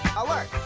alert!